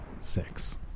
six